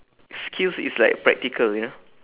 skills is like practical ya